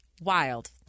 Wild